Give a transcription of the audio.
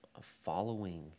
following